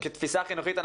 שכתפיסה חינוכית,